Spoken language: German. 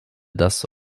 das